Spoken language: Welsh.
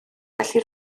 felly